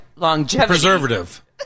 Preservative